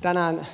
tänään